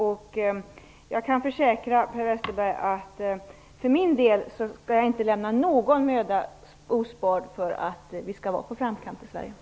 Jag kan försäkra Per Westerberg att jag för min del inte skall lämna någon möda ospard för att vi i Sverige skall vara i det främsta ledet.